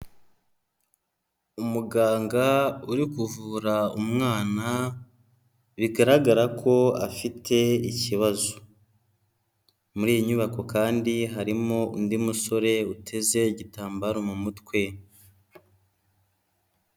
Umuganga uri kuvura umwana bigaragara ko afite ikibazo. Muri iyi nyubako kandi harimo undi umusore uteze igitambaro mu mutwe.